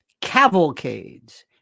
cavalcades